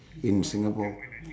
in singapore